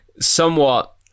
somewhat